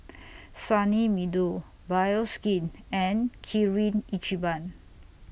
Sunny Meadow Bioskin and Kirin Ichiban